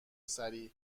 سریع